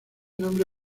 nombre